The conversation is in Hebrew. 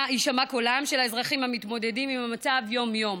קולם של האזרחים המתמודדים עם המצב יום-יום.